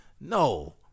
No